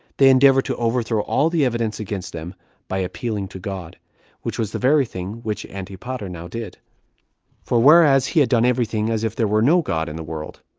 they endeavor to overthrow all the evidence against them by appealing to god which was the very thing which antipater now did for whereas he had done everything as if there were no god in the world,